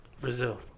Brazil